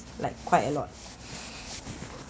like quite a lot